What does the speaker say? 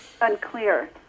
unclear